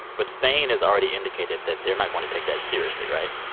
but spain has already indicated that they're not going to take that seriously, right?